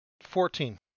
Fourteen